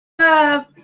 love